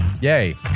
Yay